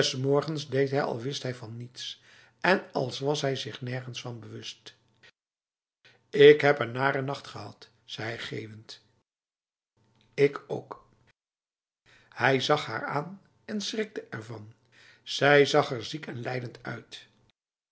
morgens deed hij als wist hij van niets en als was hij zich nergens van bewust ik heb een nare nacht gehad zei hij geeuwend ik ook hij zag haar aan en schrikte ervan zij zag er ziek en lijdend uit